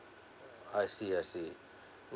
I see I see